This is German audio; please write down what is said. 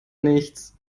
nichts